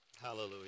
hallelujah